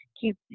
keep